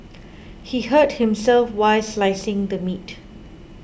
he hurt himself while slicing the meat